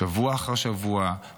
שבוע אחר שבוע,